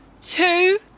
two